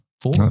four